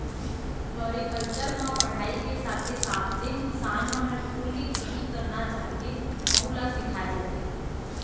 floriculture म पढ़ाई के साथे साथ जेन किसान मन ह फूल के खेती करना चाहथे वहूँ ल सिखाए जाथे